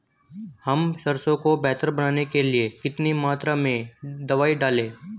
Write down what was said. हम सरसों को बेहतर बनाने के लिए कितनी मात्रा में दवाई डालें?